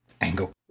Angle